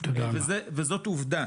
וזאת עובדה.